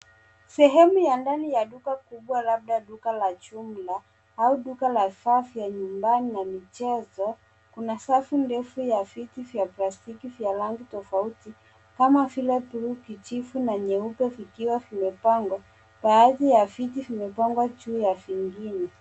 Sehemu ya ndani ya duka kubwa labda duka la jumla au duka la vifaa vya nyumbani na michezo. Kuna safu ndefu vya viti za plastiki za rangi tofauti kama vile kijivu, bluu, nyeusi na nyeupe vikiwa vimepangwa. Baadhi ya vitu vimepangwa juu ya vingine.